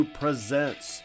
presents